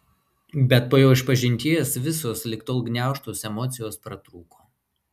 bet po jo išpažinties visos lig tol gniaužtos emocijos pratrūko